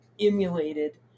emulated